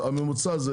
הממוצע זה